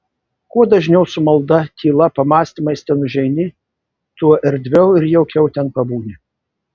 kuo dažniau su malda tyla pamąstymais ten užeini tuo erdviau ir jaukiau ten pabūni